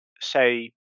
say